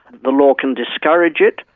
the law can discourage it,